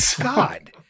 God